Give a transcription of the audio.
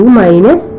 minus